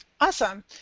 awesome